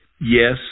yes